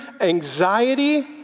anxiety